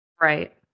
Right